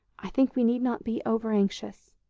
i think we need not be over-anxious.